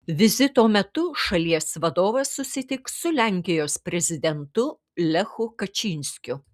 vizito metu šalies vadovas susitiks su lenkijos prezidentu lechu kačynskiu